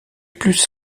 plus